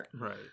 Right